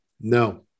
No